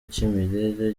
cy’imirire